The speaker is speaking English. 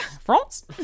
France